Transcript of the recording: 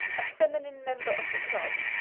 a feminine member of the club.